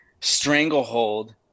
stranglehold